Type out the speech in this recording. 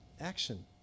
action